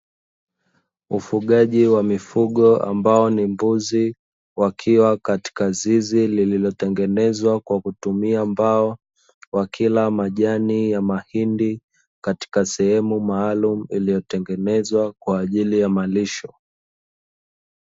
Ufugaji wa mifugo ambao ni mbuzi wakiwa katika zizi lililotengenezwa kwa kutumia mbao, wakila majani ya mahindi katika sehemu maalumu iliyotengenezwa kwaajili ya malisho.